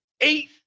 eight